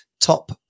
top